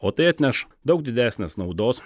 o tai atneš daug didesnės naudos